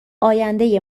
آینده